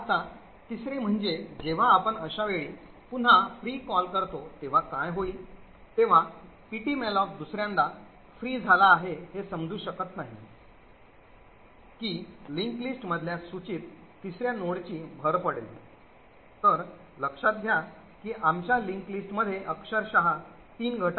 आता तिसरे म्हणजे जेव्हा आपण अशा वेळी पुन्हा free कॉल करतो तेव्हा काय होईल तेव्हा ptmalloc दुसऱ्यांदा free झाला आहे हे समजू शकत नाही की linked list मधल्या सूचीत तिसऱ्या नोडची भर पडेल तर लक्षात घ्या की आमच्या linked list मध्ये अक्षरशः तीन घटक आहेत